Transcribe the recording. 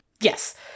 Yes